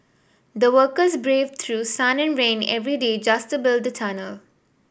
the workers braved through sun and rain every day just to build the tunnel